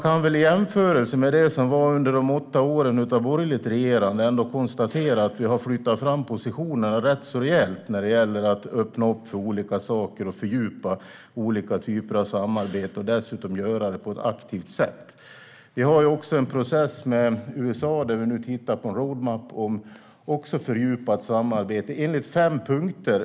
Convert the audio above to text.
I jämförelse med de åtta åren av borgerligt regerande kan vi konstatera att vi har flyttat fram positionerna rätt rejält när det gäller att öppna upp för olika saker och fördjupa olika typer av samarbeten, och dessutom göra det på ett aktivt sätt. Vi har också en process med USA där vi nu tittar på en road map för fördjupat samarbete enligt fem punkter.